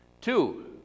Two